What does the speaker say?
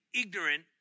ignorant